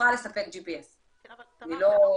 יוכל לספק GPS. אבל, תמר, זה לא קשיים.